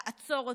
תעצור אותו,